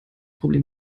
problem